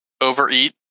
overeat